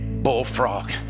bullfrog